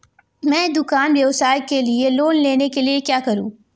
मैं दुकान व्यवसाय के लिए लोंन लेने के लिए क्या करूं?